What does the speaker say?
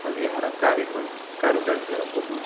ଆଉ ଏହାର କାରୀକର୍ କାରୁକାର୍ଯ୍ୟ ବହୁତ